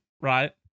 right